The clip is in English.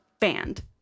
banned